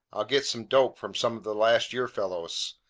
i'll get some dope from some of the last-year fellows.